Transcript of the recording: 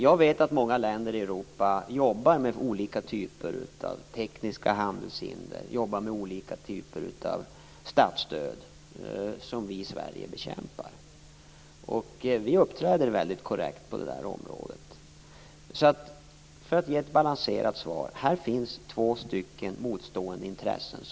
Jag vet att många länder i Europa jobbar med olika typer av tekniska handelshinder och olika typer av statsstöd, vilket vi i Sverige bekämpar. Vi uppträder väldigt korrekt på det området. För att ge ett balanserat svar kan jag säga att två motstående intressen möts.